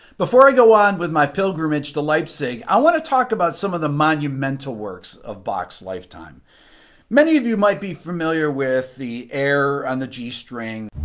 before i go on with my pilgrimage to leipzig i want to talk about some of the monumental works of bach's lifetime many of you might be familiar with the air on the g string